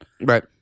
Right